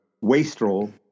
wastrel